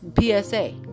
PSA